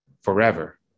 forever